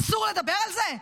אסור לדבר על זה?